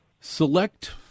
Select